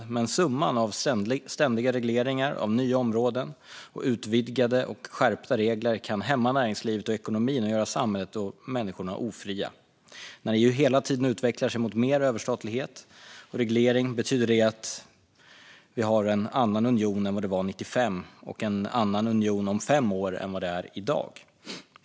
Men summan av ständiga regleringar av nya områden och utvidgade och skärpta regler kan hämma näringslivet och ekonomin och göra samhället och människorna ofria. När EU hela tiden utvecklar sig mot mer överstatlighet och reglering betyder det att vi har en annan union än vad den var 1995 och en annan union om fem år än vad den är i dag.